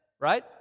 right